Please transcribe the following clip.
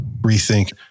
rethink